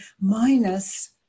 minus